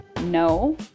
No